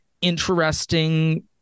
interesting